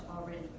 already